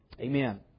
Amen